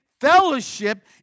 fellowship